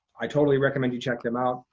i totally recommend you check them out.